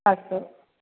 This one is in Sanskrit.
अस्तु